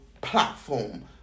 platform